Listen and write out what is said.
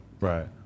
Right